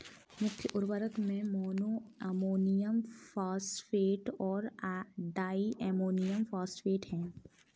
मुख्य उर्वरक में मोनो अमोनियम फॉस्फेट और डाई अमोनियम फॉस्फेट हैं